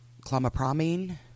Clomipramine